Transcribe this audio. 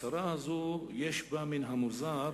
ההצהרה הזו יש בה מן המוזר,